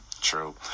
True